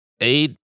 Eight